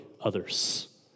others